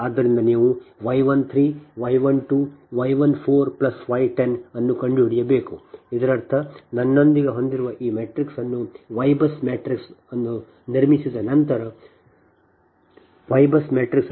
ಆದ್ದರಿಂದ ನೀವು Y 13 Y 12 Y 14 Y 10 ಅನ್ನು ಕಂಡುಹಿಡಿಯಬೇಕು ಇದರರ್ಥ ನನ್ನೊಂದಿಗೆ ಹೊಂದಿರುವ ಈ ಮ್ಯಾಟ್ರಿಕ್ಸ್ ಅನ್ನು Y BUS ಮ್ಯಾಟ್ರಿಕ್ಸ್ ಅನ್ನು ನಿರ್ಮಿಸಿದ ನಂತರ ನೀವು Y BUS ಮ್ಯಾಟ್ರಿಕ್ಸ್ ಅನ್ನು ನಿರ್ಮಿಸುವ 0